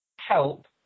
help